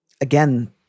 Again